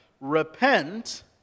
Repent